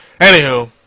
Anywho